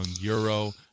Euro